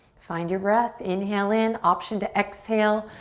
find your breath, inhale in, option to exhale.